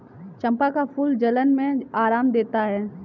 चंपा का फूल जलन में आराम देता है